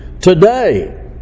today